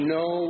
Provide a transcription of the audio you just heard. no